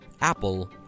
Apple